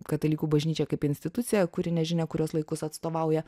katalikų bažnyčią kaip instituciją kuri nežinia kuriuos laikus atstovauja